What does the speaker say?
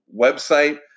website